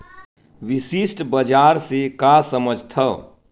विशिष्ट बजार से का समझथव?